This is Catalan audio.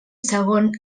segon